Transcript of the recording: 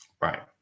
Right